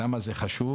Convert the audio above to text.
למה זה חשוב?